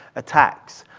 attacks.